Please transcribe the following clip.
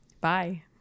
Bye